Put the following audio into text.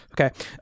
Okay